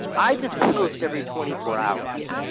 i just post every twenty four hours.